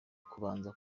kubanza